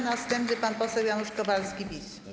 Następny pan poseł Janusz Kowalski, PiS.